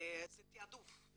זה תעדוף.